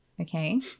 okay